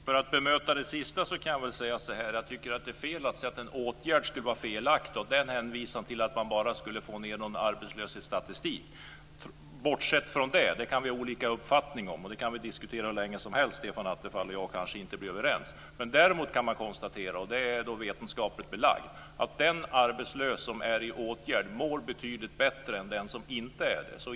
Fru talman! För att bemöta det sista säger jag så här: Jag tycker att det är fel att säga att en åtgärd skulle vara felaktig genom att hänvisa till att enbart få ned en arbetslöshetsstatistik. Stefan Attefall och jag kan ha olika uppfattningar om detta och diskutera hur länge som helst och ändå inte bli överens. Däremot går det att konstatera - och det är vetenskapligt belagt - att den arbetslöse som är i åtgärd mår betydligt bättre än den som inte är det.